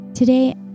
Today